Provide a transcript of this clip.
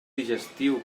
digestiu